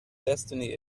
destiny